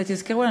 אז תזכרו,